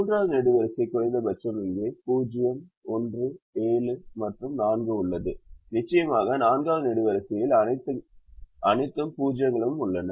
மூன்றாவது நெடுவரிசை குறைந்தபட்சம் இங்கே 0 1 7 மற்றும் 4 உள்ளது நிச்சயமாக நான்காவது நெடுவரிசையில் அனைத்து 0 களும் உள்ளன